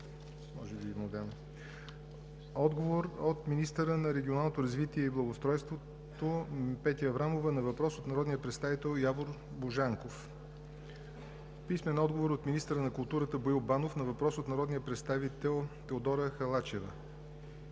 Младенов; - министъра на регионалното развитие и благоустройството Петя Аврамова на въпрос от народния представител Явор Божанков; - министъра на културата Боил Банов на въпрос от народния представител Теодора Халачева;